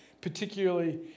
particularly